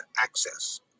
access